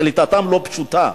קליטתם לא פשוטה,